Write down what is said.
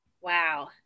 Wow